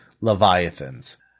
leviathans